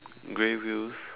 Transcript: grey wheels